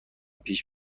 پیش